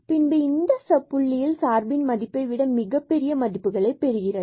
பின்பு இந்த புள்ளியில் சார்பின் மதிப்பை விட மிகப்பெரிய மதிப்புகளை பெறுகிறது